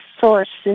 sources